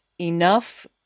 enough